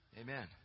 Amen